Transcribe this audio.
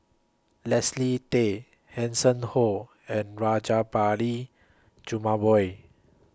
Leslie Tay Hanson Ho and Rajabali Jumabhoy